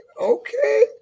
Okay